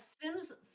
sims